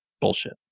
Bullshit